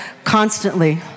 Constantly